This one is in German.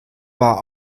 war